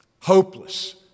hopeless